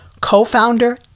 co-founder